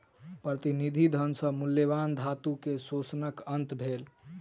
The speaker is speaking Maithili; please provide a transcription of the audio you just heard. प्रतिनिधि धन सॅ मूल्यवान धातु के शोषणक अंत भेल